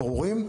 ברורים,